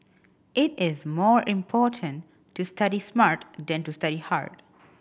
it is more important to study smart than to study hard